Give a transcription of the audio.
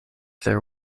their